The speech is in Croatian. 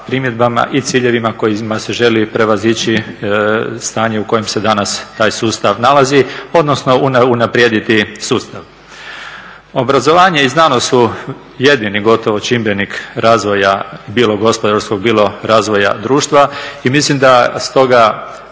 primjedbama i ciljevima kojima se želi prevazići stanje u kojem se danas taj sustav nalazi, odnosno unaprijediti sustav. Obrazovanje i znanost su jedini gotovo čimbenik razvoja bilo gospodarskog, bilo razvoja društva i mislim da stoga